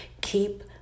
Keep